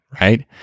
Right